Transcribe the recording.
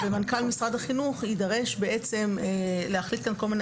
מנכ"ל משרד החינוך יידרש בעצם להחליט כאן כל מיני